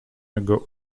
jego